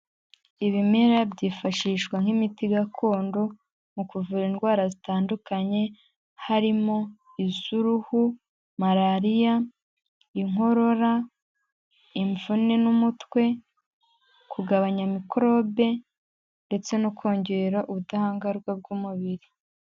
Ibimera byifashishwa nk'imiti gakondo mu kuvura indwara zitandukanye harimo: iz'uruhu, Malariya, inkorora, imvune n'umutwe, kugabanya mikorobe ndetse no kongera ubudahangarwa bw'umubiri.